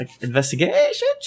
investigation